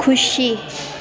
खुसी